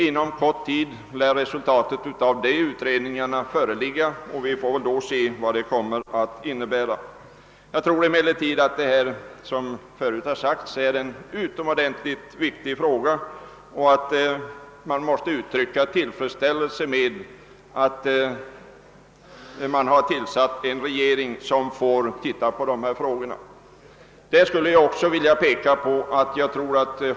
Inom: kort tid lär resultat av dessa utredningar föreligga, och vi får då se vilka slutsatserna blir. Detta är, som förut sagts, en utomordentlig viktig fråga, och det är därför tillfredsställande att man har tillsatt utredningar för att granska den. Jag tror. att.